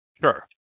Sure